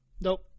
Nope